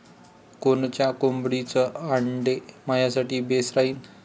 कोनच्या कोंबडीचं आंडे मायासाठी बेस राहीन?